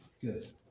good